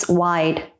wide